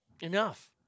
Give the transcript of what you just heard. Enough